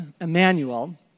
Emmanuel